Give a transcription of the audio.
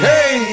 Hey